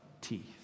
teeth